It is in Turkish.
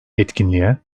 etkinliğe